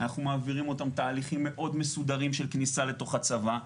אנחנו מעבירים אותם תהליכים מאוד מסודרים של כניסה לתוך הצבא,